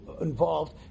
involved